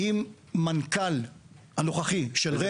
עם המנכ"ל הנוכחי של רמ"י.